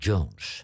Jones